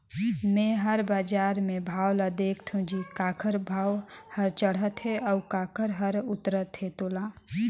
मे हर बाजार मे भाव ल देखथों जी काखर भाव हर चड़हत हे अउ काखर हर उतरत हे तोला